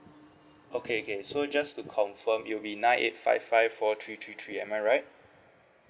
okay okay so just to confirm it'll be nine eight five five four three three three am I right